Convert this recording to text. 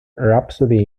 rhapsody